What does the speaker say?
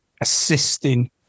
assisting